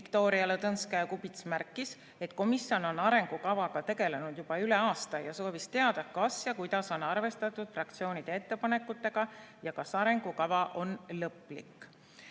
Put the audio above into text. Viktoria Ladõnskaja-Kubits märkis, et komisjon on arengukavaga tegelenud juba üle aasta, ja soovis teada, kuidas on arvestatud fraktsioonide ettepanekutega ja kas arengukava on lõplik.